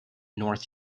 north